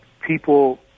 people